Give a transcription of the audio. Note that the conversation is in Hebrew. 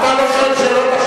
אתה לא שואל שאלות.